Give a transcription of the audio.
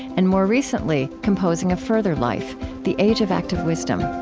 and more recently, composing a further life the age of active wisdom